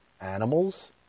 animals